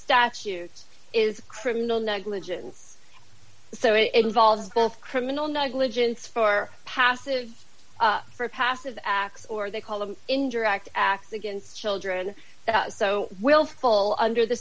statute is criminal negligence so it involves both criminal negligence for passive for passive acts or they call them indirect acts against children so will fall under the